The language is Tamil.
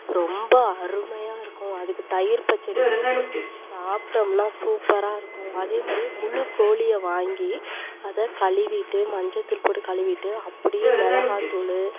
ரொம்ப அருமையாக இருக்கும் அதுக்கு தயிர் பச்சடி வச்சி சாப்பிட்டோம்னா சூப்பராக இருக்கும் அதே மாதிரியே முழு கோழியை வாங்கி அதை கழுவிட்டு மஞ்சத்தூள் போட்டு கழுவிட்டு அப்படியே மிளகாத்தூள்